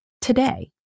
today